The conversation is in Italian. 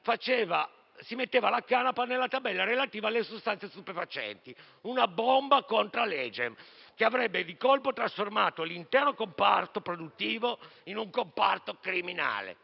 si metteva la canapa nella tabella relativa alle sostanze stupefacenti. Una bomba *contra legem* che avrebbe di colpo trasformato l'intero comparto produttivo in un comparto criminale.